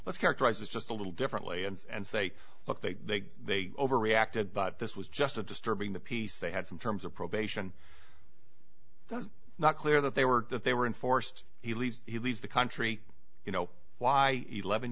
let's characterize this just a little differently and say look they they they overreacted but this was just a disturbing the peace they had some terms of probation that's not clear that they were that they were enforced he leads he leads the country you know why eleven